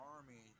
Army